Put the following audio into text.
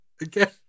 again